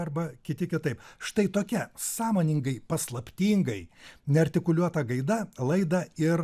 arba kiti kitaip štai tokia sąmoningai paslaptingai neartikuliuota gaida laidą ir